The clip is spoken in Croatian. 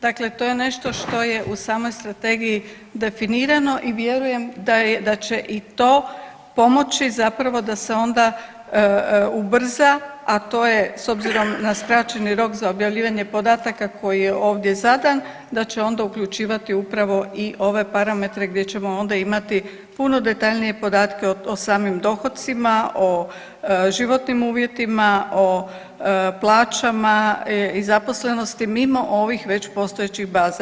Dakle, to je nešto što je u samoj strategiji definirano i vjerujem da će i to pomoći zapravo da se onda ubrza, a to je s obzirom na skraćeni rok za objavljivanje podataka koji je ovdje zadan da će onda uključivati upravo i ove parametre gdje ćemo onda imati puno detaljnije podatke o samim dohocima, o životnim uvjetima, o plaćama i zaposlenosti mimo ovih već postojećih baza.